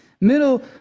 middle